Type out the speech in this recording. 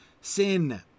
sin